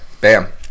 Bam